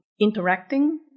interacting